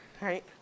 Right